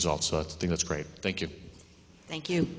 results so i think it's great thank you thank you